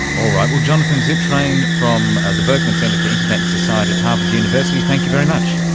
all right, well, jonathan zittrain, from the berkman centre for internet and society at harvard university, thank you very much.